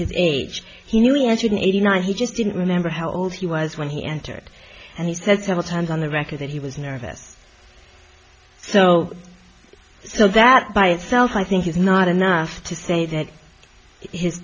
his age he knew he answered eighty nine he just didn't remember how old he was when he entered and he said several times on the record that he was nervous so so that by itself i think is not enough to say that his